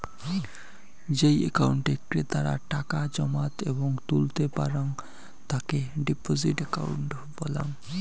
যেই একাউন্টে ক্রেতারা টাকা জমাত এবং তুলতে পারাং তাকে ডিপোজিট একাউন্ট বলাঙ্গ